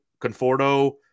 Conforto